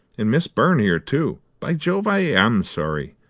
and miss byrne here, too! by jove, i am sorry!